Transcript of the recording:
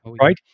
right